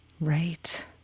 Right